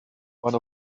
one